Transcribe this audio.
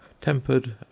tempered